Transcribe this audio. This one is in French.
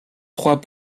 trois